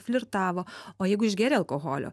flirtavo o jeigu išgėrė alkoholio